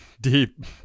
deep